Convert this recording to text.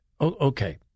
Okay